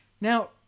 Now